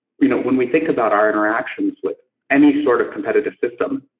you know, when we think about our interactions with any sort of competitive system,